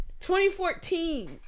2014